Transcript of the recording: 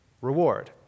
reward